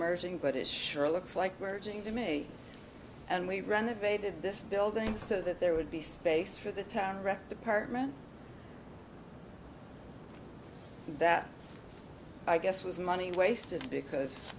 merging but it sure looks like merging to me and we renovated this building so that there would be space for the town rec department that i guess was money wasted because